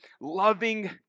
loving